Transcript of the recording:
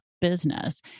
business